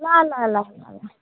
ल ल ल ल ल